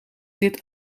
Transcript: dit